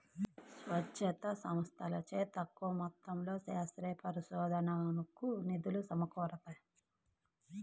స్వచ్ఛంద సంస్థలచే తక్కువ మొత్తంలో శాస్త్రీయ పరిశోధనకు నిధులు సమకూరుతాయి